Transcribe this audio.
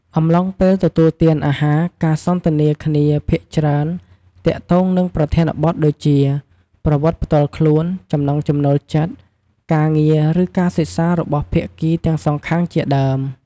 អំទ្បុងពេលទទួលទានអាហារការសន្ទនាគ្នាភាគច្រើទាក់ទងនឹងប្រធានបទដូចជា ប្រវត្តិផ្ទាល់ខ្លួន ចំណង់ចំណូលចិត្ត ការងារឬការសិក្សារបស់ភាគីទាំងសងខាងជាដើម។